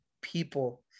people